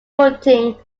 footing